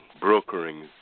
brokering